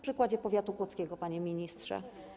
Przykład powiatu kłodzkiego, panie ministrze.